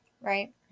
Right